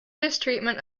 mistreatment